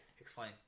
Explain